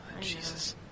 Jesus